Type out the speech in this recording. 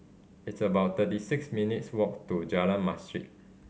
it's about thirty six minutes' walk to Jalan Masjid